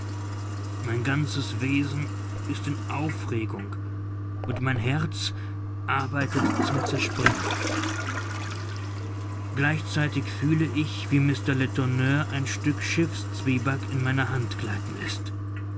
mein ganzes wesen ist in aufregung und mein herz arbeitet zum zerspringen gleichzeitig fühle ich wie mr letourneur ein stück schiffszwieback in meine hand gleiten läßt